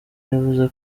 yavuze